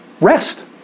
rest